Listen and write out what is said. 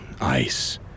ice